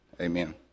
Amen